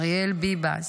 אריאל ביבס,